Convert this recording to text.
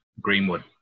Greenwood